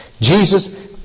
Jesus